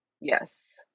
yes